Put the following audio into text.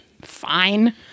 fine